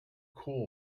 cool